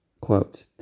quote